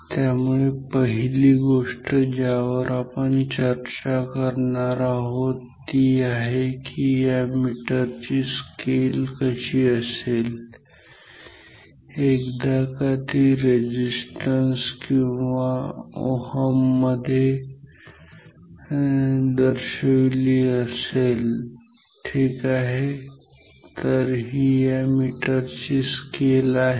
त्यामुळे पहिली गोष्ट ज्यावर आपण चर्चा करणार आहोत ती आहे की या मीटरची स्केल कशी दिसेल एकदा का ती रेझिस्टन्स किंवा Ω मध्ये दर्शविली असेल ठीक आहे तर ही या मीटरची स्केल आहे